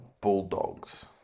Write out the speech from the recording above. Bulldogs